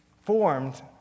formed